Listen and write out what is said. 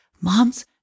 moms